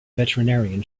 veterinarian